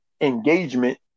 Engagement